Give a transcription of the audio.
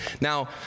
Now